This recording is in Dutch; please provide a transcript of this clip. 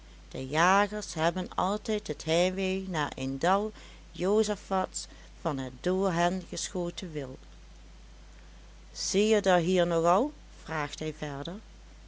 de jager jagers hebben altijd het heimwee naar een dal josaphats van het door hen geschoten wild zie je der hier nogal vraagt hij verder